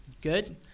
good